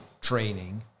training